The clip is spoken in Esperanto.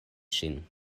ŝin